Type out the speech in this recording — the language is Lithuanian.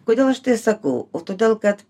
kodėl aš tai sakau todėl kad